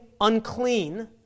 unclean